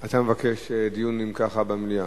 אתה מבקש דיון במליאה.